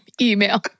email